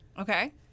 Okay